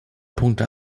punkte